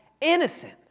innocent